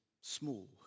small